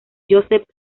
joseph